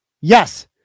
Yes